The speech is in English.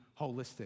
holistic